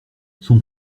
son